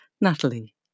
Natalie